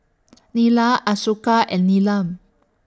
Neila Ashoka and Neelam